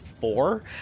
four